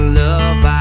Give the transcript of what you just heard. love